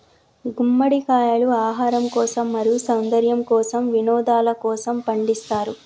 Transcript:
గుమ్మడికాయలు ఆహారం కోసం, మరియు సౌందర్యము కోసం, వినోదలకోసము పండిస్తారు